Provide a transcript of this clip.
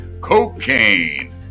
cocaine